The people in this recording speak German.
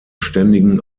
ständigen